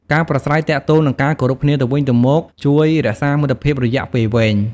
ការប្រាស្រ័យទាក់ទង និងការគោរពគ្នាទៅវិញទៅមកជួយរក្សាមិត្តភាពរយៈពេលវែង។